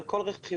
על כל רכיביה,